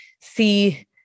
see